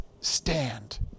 stand